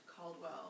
Caldwell